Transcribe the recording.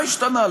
מה השתנה?